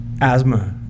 Asthma